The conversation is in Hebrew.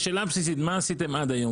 השאלה הבסיסית, מה עשיתם עד היום?